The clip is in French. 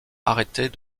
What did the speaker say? arrêter